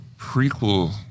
prequel